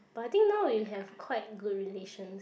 but I think now we have quite good relations